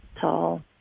tall